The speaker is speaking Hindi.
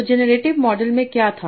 तो जेनरेटिव मॉडल में क्या था